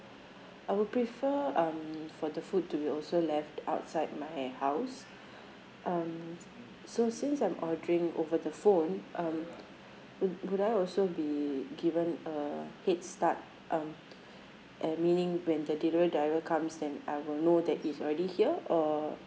I will prefer um for the food to be also left outside my house um so since I'm ordering over the phone um wo~ would I also be given a head start um and meaning when the delivery driver comes and I will know that he is already here or